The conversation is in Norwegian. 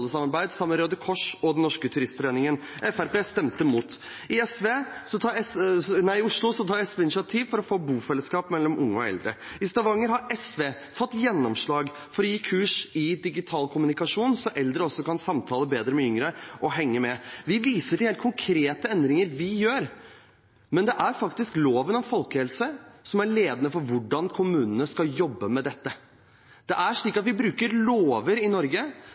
Røde Kors og Den Norske Turistforening. Fremskrittspartiet stemte imot. I Oslo tar SV initiativ til bofelleskap mellom unge og eldre. I Stavanger har SV fått gjennomslag for å gi kurs i digital kommunikasjon, slik at eldre kan samtale bedre med yngre og henge med. Vi viser til helt konkrete endringer vi gjør. Men det er faktisk loven om folkehelse som er ledende for hvordan kommunene skal jobbe med dette. Vi bruker lover i Norge